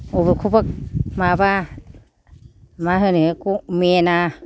बबेखौबा माबा मा होनो बेखौ मेना